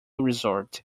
resort